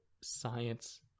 science